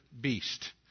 beast